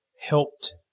helped